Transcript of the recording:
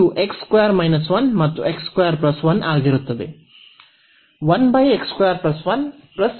ಇದು ಮತ್ತು ಆಗಿರುತ್ತದೆ